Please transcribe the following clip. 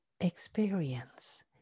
experience